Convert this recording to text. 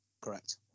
Correct